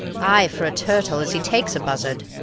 ay, for a turtle, as he takes a buzzard.